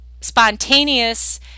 spontaneous